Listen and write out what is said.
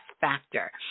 factor